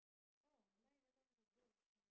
oh mine doesn't has a bush